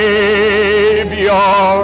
Savior